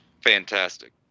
Fantastic